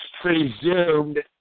presumed